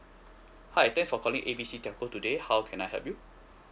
hi thanks for calling A B C telco today how can I help you